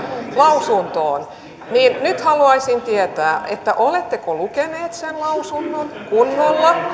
lausuntoon nyt haluaisin tietää oletteko lukeneet sen lausunnon kunnolla